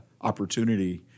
opportunity